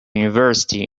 university